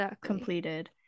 completed